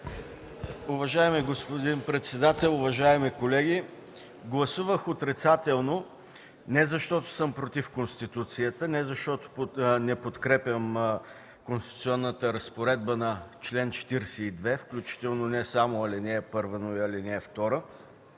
(ГЕРБ): Господин председател, уважаеми колеги! Гласувах отрицателно, не защото съм против Конституцията, не защото не подкрепям конституционната разпоредба на чл. 42, включително не само ал. 1, но и ал. 2,